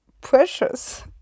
precious